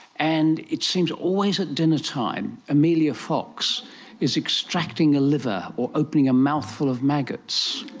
and it seems always at dinner time amelia fox is extracting a liver or opening a mouth full of maggots.